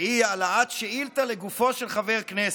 והיא העלאת שאילתה לגופו של חבר כנסת,